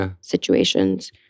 situations